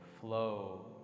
flow